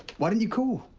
why didn't you call?